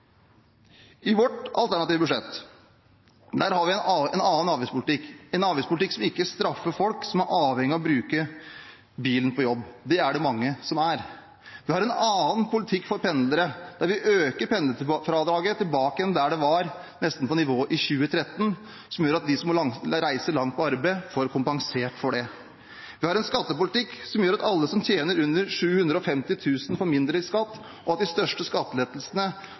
I vårt alternative budsjett har vi en annen avgiftspolitikk – en avgiftspolitikk som ikke straffer folk som er avhengig av å bruke bilen på jobb. Det er det mange som er. Vi har en annen politikk for pendlere, der vi øker pendlerfradraget slik at man nesten er tilbake på nivået for 2013, noe som gjør at de som må reise langt på arbeid, får kompensert for det. Vi har en skattepolitikk som gjør at alle som tjener under 750 000 kr, får mindre i skatt, og at de største skattelettelsene